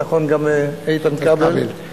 נכון, גם לאיתן כבל.